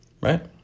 Right